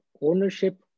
ownership